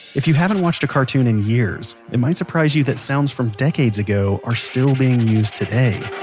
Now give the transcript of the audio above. if you haven't watched a cartoon in years, it might surprise you that sounds from decades ago are still being used today